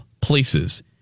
places